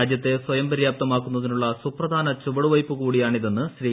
രാജ്യത്തെ സ്വയം പര്യാപ്തമാക്കുന്നതിനുള്ള സുപ്രധാന ചുവടുവെയ്പ്പ് കൂടിയാണിതെന്ന് ശ്രീ